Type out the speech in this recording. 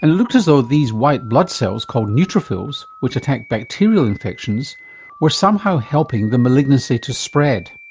and it looked as though these white blood cells called neutrophils which attack bacterial infections were somehow helping the malignancy to spread.